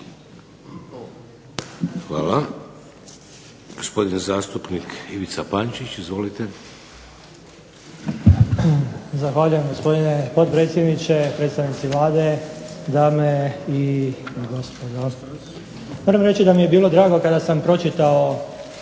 Hvala. Gospodin zastupnik Ivica Pančić. Izvolite. **Pančić, Ivica (HSD)** Zahvaljujem gospodine potpredsjedniče, predstavnici Vlade, dame i gospodo zastupnici. Moram reći da mi je bilo drago kada sam pročitao